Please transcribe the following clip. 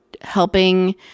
helping